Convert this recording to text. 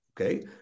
okay